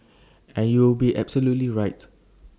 and you would be absolutely right